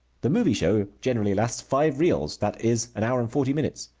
the movie show generally lasts five reels, that is, an hour and forty minutes.